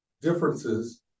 differences